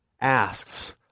asks